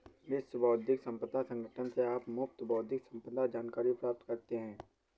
विश्व बौद्धिक संपदा संगठन से आप मुफ्त बौद्धिक संपदा जानकारी प्राप्त करते हैं